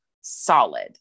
solid